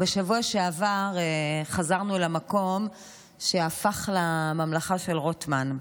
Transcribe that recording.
בשבוע שעבר חזרנו למקום שהפך לממלכה של רוטמן.